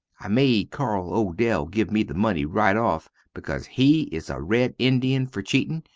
i made carl odell give me the money rite off becaus he is a red indian fer cheatin.